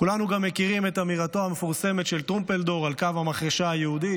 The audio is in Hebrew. כולנו גם מכירים את אמירתו המפורסמת של טרומפלדור על קו המחרשה היהודית,